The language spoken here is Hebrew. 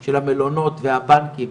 של המלונות והבנקים,